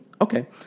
okay